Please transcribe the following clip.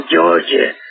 Georgia